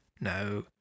No